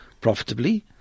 profitably